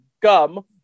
gum